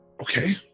okay